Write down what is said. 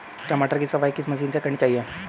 टमाटर की सफाई किस मशीन से करनी चाहिए?